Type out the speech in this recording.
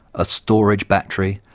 a storage battery,